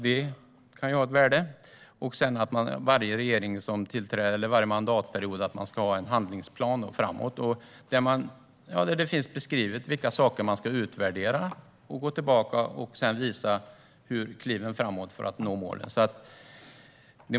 Det kan ju ha ett värde. Varje mandatperiod ska man också ha en handlingsplan framåt där det finns beskrivet vilka saker man ska utvärdera och gå tillbaka till och sedan visa kliven framåt för att nå målen.